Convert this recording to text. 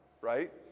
right